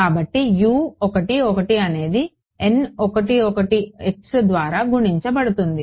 కాబట్టి అనేది ద్వారా గుణించబడుతుంది